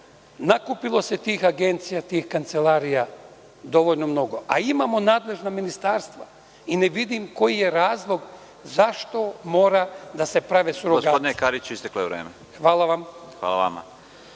nakupilo se tih agencija, tih kancelarija dovoljno mnogo, a imamo nadležna ministarstva i ne vidim koji je razlog zašto moraju da se prave surogati. **Igor